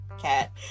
cat